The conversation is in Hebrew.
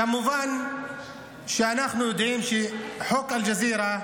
כמובן שאנחנו יודעים שחוק אל-ג'זירה,